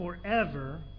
forever